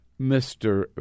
Mr